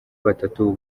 batatu